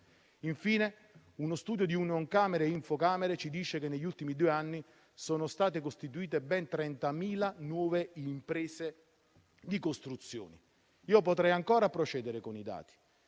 Infine, uno studio di Unioncamere-Infocamere afferma che negli ultimi due anni sono state costituite ben 30.000 nuove imprese di costruzioni. Potrei ancora procedere con i dati,